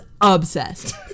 obsessed